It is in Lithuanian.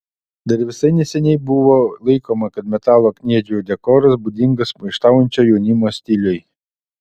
dar visai neseniai buvo laikoma kad metalo kniedžių dekoras būdingas maištaujančio jaunimo stiliui